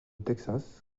texas